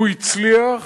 הוא הצליח